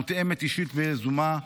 מותאמת אישית ויזומה,